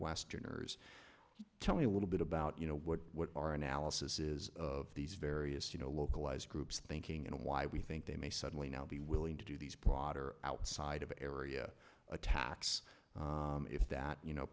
westerners tell me a little bit about you know what our analysis is of these various you know localized groups thinking and why we think they may suddenly now be willing to do these broader outside of attacks if that you know